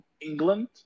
England